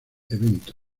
evento